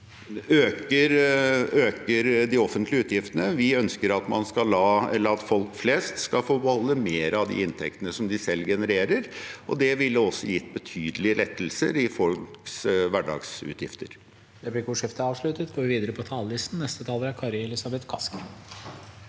SV, øker de offentlige utgiftene. Vi ønsker at folk flest skal få beholde mer av de inntektene som de selv genererer, og det ville også gitt betydelige lettelser i folks hverdagsutgifter.